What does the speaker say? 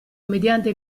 mediante